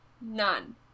None